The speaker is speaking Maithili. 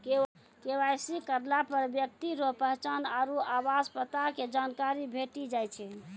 के.वाई.सी करलापर ब्यक्ति रो पहचान आरु आवास पता के जानकारी भेटी जाय छै